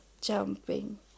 jumping